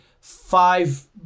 five